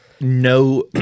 no